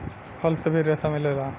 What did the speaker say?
फल से भी रेसा मिलेला